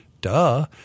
Duh